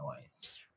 noise